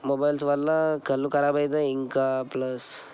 mobiles వల్ల కళ్ళు కరాబ్ అవుతాయి ఇంకా ప్లస్